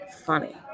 funny